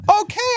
Okay